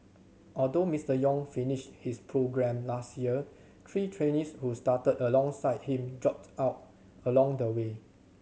although Mister Yong finished his programme last year three trainees who started alongside him dropped out along the way